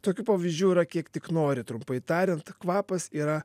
tokių pavyzdžių yra kiek tik nori trumpai tariant kvapas yra